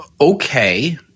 okay